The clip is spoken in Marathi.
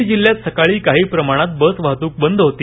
बीड जिल्ह्यात सकाळी काही प्रमाणात बस वाहतूक बंद होती